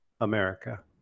America